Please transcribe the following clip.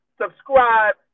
subscribe